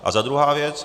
A ta druhá věc.